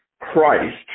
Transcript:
Christ